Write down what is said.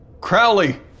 Crowley